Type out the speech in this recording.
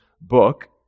book